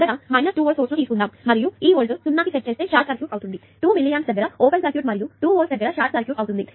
మొదట 2 volt source ను తీసుకుందాం మరియు ఈ వోల్ట్ 0 కి సెట్ చేస్తే షార్ట్ సర్క్యూట్ అవుతుంది2MA దగ్గర ఓపెన్ సర్క్యూట్ మరియు 2v దగ్గర షార్ట్ సర్క్యూట్ అవుతుంది